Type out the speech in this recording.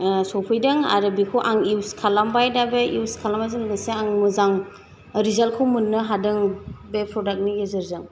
सफैदों आरो बेखौ आं इउस खालामबाय दा बे इउस खालामनायजों लोगोसे आं मोजां रिजाल्तखौ मोन्नो हादों बे प्रदागनि गेजेरजों